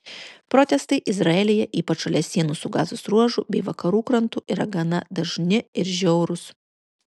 protestai izraelyje ypač šalia sienų su gazos ruožu bei vakarų krantu yra gana dažni ir žiaurūs